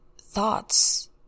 thoughts